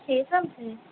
చేశాం సార్